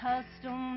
custom